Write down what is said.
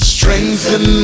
Strengthen